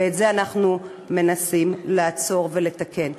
ואת זה אנחנו מנסים לעצור ולתקן.